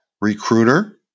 recruiter